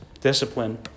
discipline